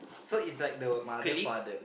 so it's like the clique